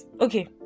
Okay